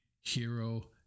Hero